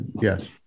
Yes